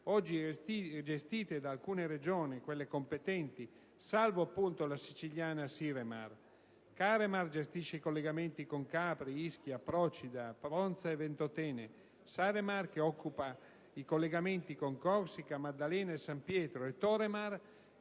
(oggi gestite dalle Regioni competenti, salvo la siciliana Siremar): Caremar, che gestisce i collegamenti con Capri, Ischia, Procida, Ponza e Ventotene; Saremar, che si occupa dei collegamenti con Corsica, La Maddalena e San Pietro; Toremar,